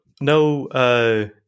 no